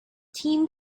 team